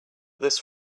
this